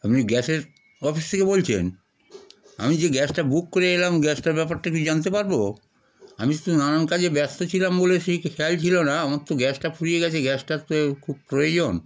আপনি গ্যাসের অফিস থেকে বলছেন আমি যে গ্যাসটা বুক করে এলাম গ্যাসটার ব্যাপারটা কি জানতে পারব আমি তো নানান কাজে ব্যস্ত ছিলাম বলে সেই খেয়াল ছিল না আমার তো গ্যাসটা ফুুরিয়ে গিয়েছে গ্যাসটার তো খুব প্রয়োজন